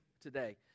today